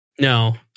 No